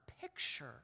picture